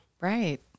Right